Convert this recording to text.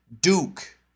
Duke